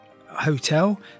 hotel